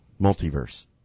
Multiverse